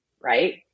right